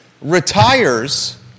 retires